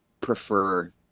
prefer